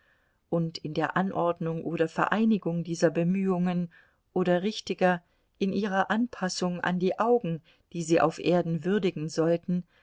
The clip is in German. und in der anordnung oder vereinigung dieser bemühungen oder richtiger in ihrer anpassung an die augen die sie auf erden würdigen sollten